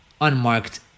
unmarked